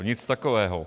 Nic takového.